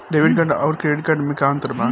Debit card आउर credit card मे का अंतर बा?